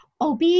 OB